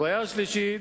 הבעיה השלישית,